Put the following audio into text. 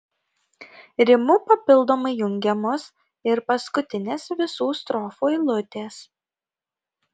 rimu papildomai jungiamos ir paskutinės visų strofų eilutės